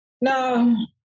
no